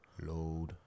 Load